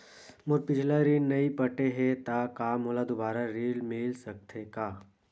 मोर पिछला ऋण नइ पटे हे त का मोला दुबारा ऋण मिल सकथे का?